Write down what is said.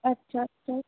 আচ্ছা আচ্ছা